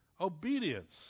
Obedience